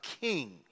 king